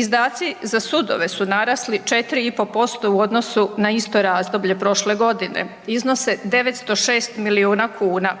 Izdaci za sudove su narasli 4,5% u odnosu na isto razdoblje prošle godine iznose 906 miliona kuna,